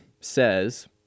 says